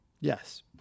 Yes